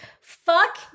fuck